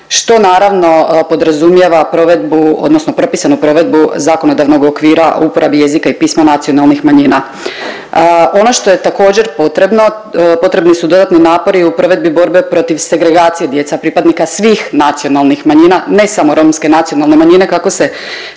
što naravno podrazumijeva provedbu odnosno propisanu provedbu zakonodavnog okvira u uporabi jezika i pisma nacionalnih manjina. Ono što je također potrebno, potrebi su dodatni napori u provedbi borbe protiv segregacije djeca pripadnika svih nacionalnih manjina, ne samo romske nacionalne manjine kako se